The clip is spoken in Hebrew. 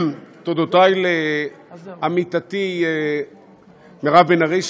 תודותי לעמיתתי מירב בן ארי,